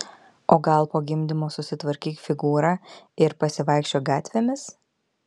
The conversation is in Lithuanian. o gal po gimdymo susitvarkyk figūrą ir pasivaikščiok gatvėmis